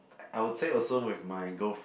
I would say also with my girlfriend